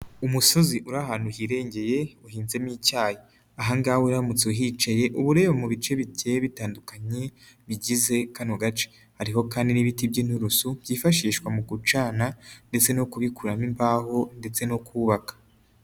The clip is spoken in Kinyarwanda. Umusozi uri ahantu hirengeye uhinzemo icyayi ahangaha uramutse uhicaye uba ureba mu bice bigiye bitandukanye bigize kano gace, hariho kandi n'ibiti by'inturusu byifashishwa mu gucana ndetse no kubikuramo imbaho ndetse no kubaka.